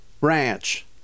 Ranch